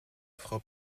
frau